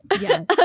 Yes